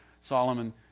Solomon